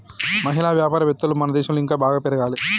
మహిళా వ్యాపారవేత్తలు మన దేశంలో ఇంకా బాగా పెరగాలి